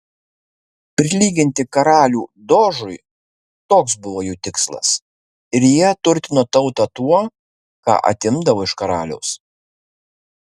prilyginti karalių dožui toks buvo jų tikslas ir jie turtino tautą tuo ką atimdavo iš karaliaus